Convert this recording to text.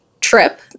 trip